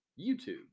YouTube